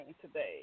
today